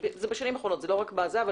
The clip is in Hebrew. זה בשנים האחרונות, אבל במיוחד